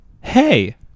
Hey